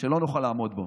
שלא נוכל לעמוד בו.